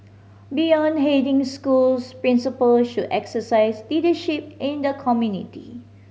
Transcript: beyond heading schools principal should exercise leadership in the community